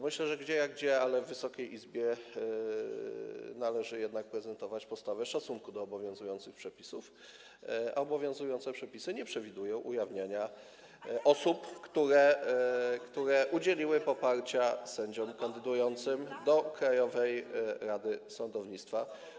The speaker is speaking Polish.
Myślę, że gdzie jak gdzie, ale w Wysokiej Izbie należy jednak prezentować postawę szacunku do obowiązujących przepisów, a obowiązujące przepisy nie przewidują ujawniania danych osób, które udzieliły poparcia sędziom kandydującym do Krajowej Rady Sądownictwa.